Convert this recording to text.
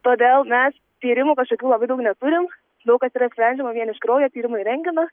todėl mes tyrimų kažkokių labai daug neturim daug kas yra sprendžiama vien iš kraujo tyrimų ir rentgeno